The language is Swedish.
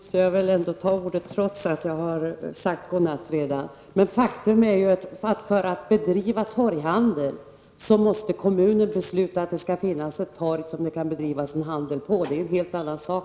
Herr talman! Med anledning av det senaste inlägget måste jag, trots att jag redan sagt god natt, begära ordet för att säga följande. Faktum är att för att bedriva torghandel måste kommunen besluta att det skall finnas ett torg som det kan bedrivas handel på, och det är en helt annan sak.